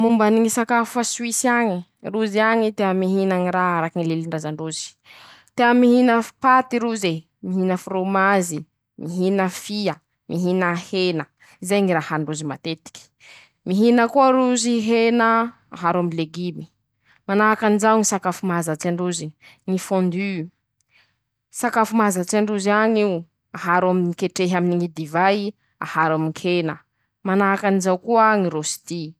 Mombany ñy sakafo a Soisy añe: Rozy añe tea mihina raha araky Ñy lilindraza ndrozy, tea mihina f paty roze, mihina forômaze, mihina fia, mihina hena zay ñy raha hanindrozy matetike, mihina koa rozy hena aharo aminy legimy, manahak'izao ñy sakafo mahazatsy androze ñy fôndy, sakafo mahazatsy androzy añ'io, aharo amm ketrehy aminy ñy divay aharo aminkena, manahakan'izao koa ñy rôsity.